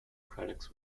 critics